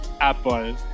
Apple